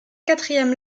quatrième